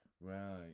Right